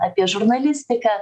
apie žurnalistiką